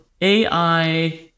AI